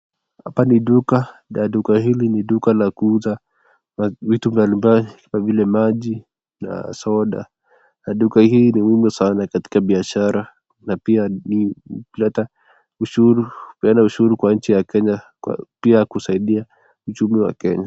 Hapa ni duka, na duka hili ni duka la kuuza vitu mbalimbali kama vile maji na soda, na duka hii ni muhimu katika biashara na pia hupeana ushuru kwa nchi ya Kenya pia kusaidia uchumi wa Kenya.